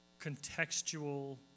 contextual